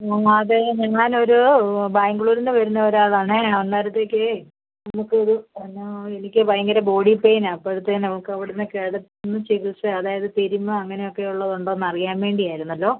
ആ അതെ ഞാൻ ഒരു ബാംഗ്ലൂർ നിന്ന് വരുന്നത് ഒരാൾ ആണെങ്കിൽ അന്നേരത്തേയ്ക്ക് നമ്മൾക്ക് ഒരു എന്നാണ് എനിക്ക് ഭയങ്കര ബോഡി പെയിനാണ് അപ്പഴത്തേക്ക് നമ്മക്ക് അവിടെ നിന്ന് കേരളത്തിൽ നിന്ന് ചികിത്സ അതായത് തിരുമ്മുക അങ്ങനെ ഒക്കെ ഉള്ളത് ഉണ്ടോ എന്ന് അറിയാൻ വേണ്ടി ആയിരുന്നല്ലോ